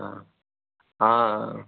ह हाँ हाँ